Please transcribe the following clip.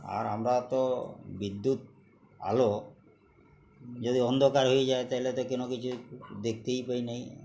আর আমরা তো বিদ্যুৎ আলো যদি অন্ধকার হয়ে যায় তাহলে তো কোনো কিছু দেখতেই পাই না